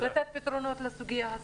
לתת פתרונות לסוגיה הזאת.